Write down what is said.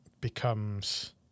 becomes